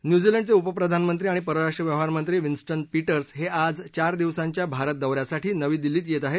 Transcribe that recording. न्युझिलंडचे उपप्रधानमंत्री आणि परराष्ट्र व्यवहारमंत्री विन्स्टन पिटर्स हे आज चार दिवसांच्या भारत दौऱ्यासाठी नवी दिल्लीत येत आहेत